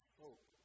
hope